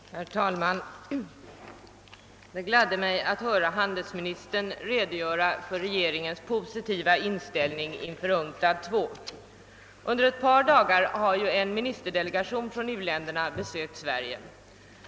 Herr talman! Det gladde mig att höra handelsministern redogöra för regeringens positiva inställning inför UNCTAD II. Under ett par dagar har ju en ministerdelegation från u-länderna besökt Sverige.